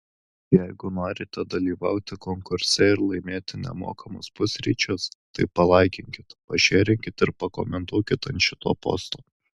jeigu norite dalyvauti konkurse ir laimėti nemokamus pusryčius tai palaikinkit pašėrinkit ir pakomentuokit ant šito posto